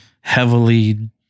heavily